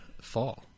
fall